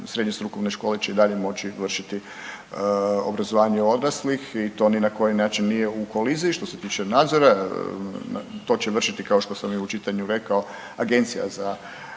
srednje strukovne škole će i dalje moći vršiti obrazovanje odraslih i to ni na koji način nije u koliziji. Što se tiče nadzora, to će vršiti kao što sam i u čitanju rekao Agencija za,